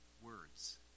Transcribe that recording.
words